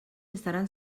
estaran